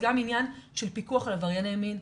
זה גם עניין של פיקוח על עברייני מין.